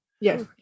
Yes